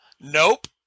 nope